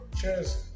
Cheers